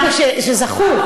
מ-400 שפנו.